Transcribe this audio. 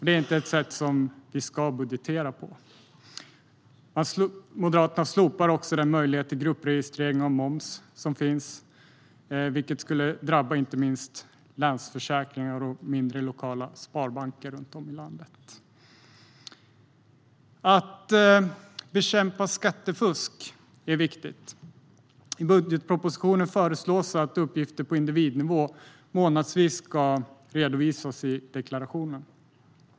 Det är inte ett sätt som vi ska budgetera på. Moderaterna vill också slopa den möjlighet till gruppregistrering av moms som finns, vilket skulle drabba inte minst Länsförsäkringar och mindre lokala sparbanker runt om i landet. Att bekämpa skattefusk är viktigt. I budgetpropositionen föreslås att uppgifter på individnivå månadsvis ska redovisas i deklarationen.